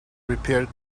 repaired